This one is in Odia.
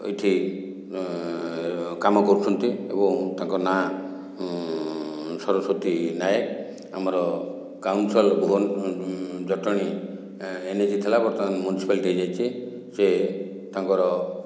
ଏହିଠି କାମ କରୁଛନ୍ତି ଏବଂ ତାଙ୍କ ନାଁ ସରସ୍ଵତୀ ନାୟକ ଆମର କାଉଁଶଲ ଭୁବନ ଜଟଣୀ ଏନଏସି ଥିଲା ବର୍ତ୍ତମାନ ମ୍ୟୁନିସିପାଲଟି ହୋଇଯାଇଛି ସେ ତାଙ୍କର